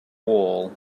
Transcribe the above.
wall